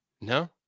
No